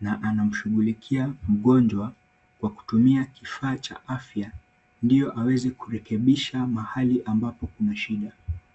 na anamshughulikia mgonjwa kwa kutumia kifaa cha afya ndio aweze kurekebisha mahali ambapo kuna shida.